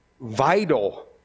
vital